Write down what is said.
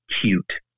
cute